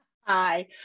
Hi